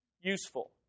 Useful